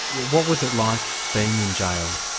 what was it like being in jail?